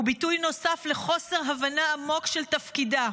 הוא ביטוי נוסף לחוסר הבנה עמוק של תפקידה.